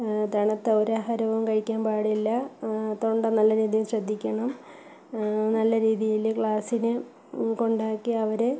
തണുത്ത ഒരാഹാരവും കഴിക്കാന് പാടില്ല തൊണ്ട നല്ല രീതിയിൽ ശ്രദ്ധിക്കണം നല്ല രീതിയില് ക്ലാസ്സിന് കൊണ്ടാക്കി അവരെ